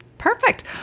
perfect